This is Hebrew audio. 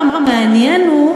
לצערנו,